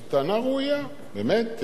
זאת טענה ראויה, באמת.